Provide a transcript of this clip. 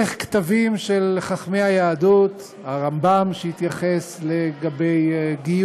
דרך כתבים של חכמי היהדות, הרמב"ם התייחס לגיור,